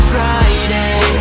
Friday